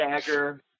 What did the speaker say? stagger